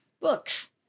books